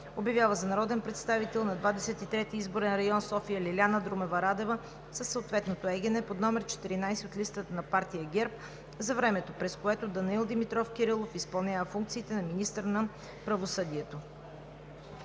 Обявява за народен представител от Двадесет и трети изборен район – София, Лиляна Друмева Радева, ЕГН …, под № 14 от листата на партия ГЕРБ, за времето, през което Данаил Димитров Кирилов изпълнява функциите на министър на правосъдието.“